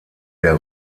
der